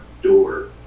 door